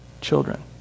children